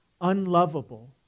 unlovable